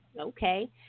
Okay